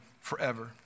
forever